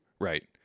Right